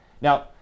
Now